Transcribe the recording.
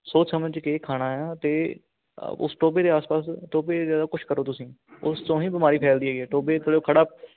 ਸੋਚ ਸਮਝ ਕੇ ਖਾਣਾ ਆ ਅਤੇ ਅ ਉਸ ਟੋਭੇ ਦੇ ਆਸ ਪਾਸ ਟੋਭੇ ਦਾ ਕੁਛ ਕਰੋ ਤੁਸੀਂ ਉਸ ਕੋਲੋਂ ਹੈ ਬਿਮਾਰੀ ਫੈਲਦੀ ਹੈਗੀ ਹੈ ਟੋਭੇ ਕੋਲ ਉਹ ਖੜ੍ਹਾ